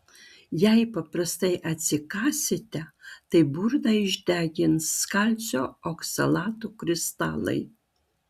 jei paprastai atsikąsite tai burną išdegins kalcio oksalatų kristalai